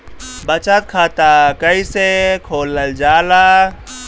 बचत खाता कइसे खोलल जाला?